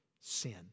sin